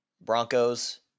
Broncos